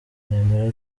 nemera